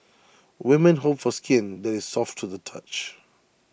women hope for skin that is soft to the touch